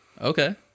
Okay